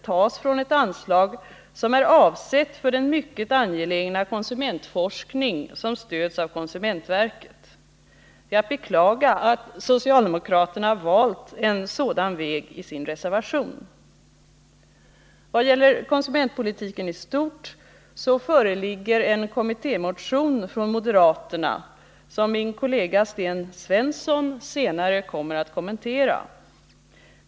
tas från ett anslag, som är avsett för den mycket angelägna konsumentforskning som stöds av konsumentverket. Det är att beklaga att socialdemokraterna har valt en sådan väg i sin reservation. Vad gäller konsumentpolitiken i stort föreligger en kommittémotion från moderaterna, vilken min kollega Sten Svensson senare kommer att kommentera. Herr talman!